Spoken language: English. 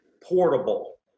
portable